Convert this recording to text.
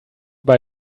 bei